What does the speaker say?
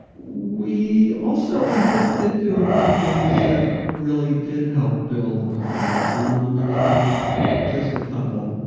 we also, i think, did do a few things that really did help build the field. and i'll mention just a couple.